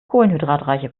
kohlenhydratreiche